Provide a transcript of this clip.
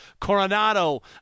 Coronado